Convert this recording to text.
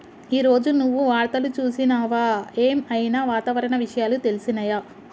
ఈ రోజు నువ్వు వార్తలు చూసినవా? ఏం ఐనా వాతావరణ విషయాలు తెలిసినయా?